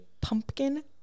pumpkin